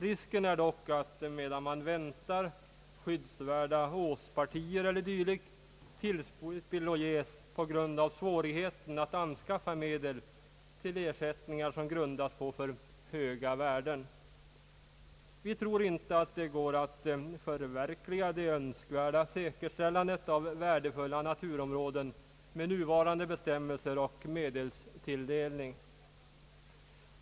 Risken är dock att — medan man väntar — skyddsvärda åspartier och dylikt tillspilloges på grund av svårigheten att anskaffa medel till ersättningar som grundas på alltför höga värden. Vi tror inte att det går att förverkliga det önskvärda säkerställandet av värdefulla naturområden med nuvarande bestämmelser och medelstilldelning.